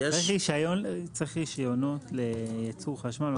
רישיונות לייצור חשמל,